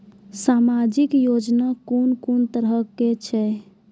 समाजिक योजना कून कून तरहक छै?